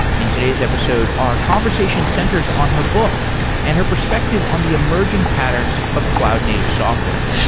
in today's episode, our conversation centers on her book and her perspective on the emerging patterns of cloud native software.